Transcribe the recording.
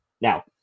now